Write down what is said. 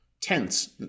tense